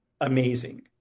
amazing